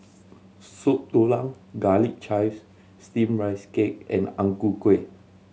Soup Tulang Garlic Chives Steamed Rice Cake and Ang Ku Kueh